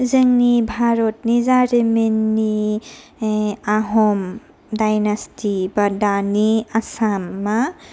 जोंनि भारतनि जारिमिननि आहम डाइनासटि बा दानि आसामा